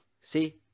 See